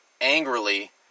angrily